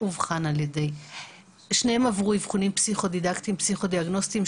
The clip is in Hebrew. שניהם עברו אבחונים פסיכו-דידקטיים ופסיכו-דיאגנוסטיים,